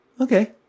Okay